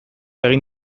egin